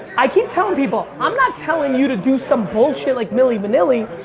i keep telling people, i'm not telling you to do some bullshit like milli vanilli.